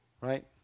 right